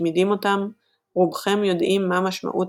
משמידים אותם רובכם יודעים מה משמעות